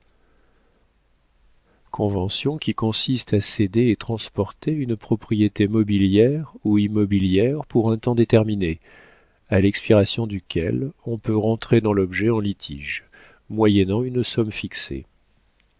convention qui consiste à céder et transporter une propriété mobilière ou immobilière pour un temps déterminé à l'expiration duquel on peut rentrer dans l'objet en litige moyennant une somme fixée